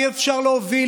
אי-אפשר להוביל,